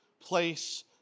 place